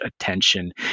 attention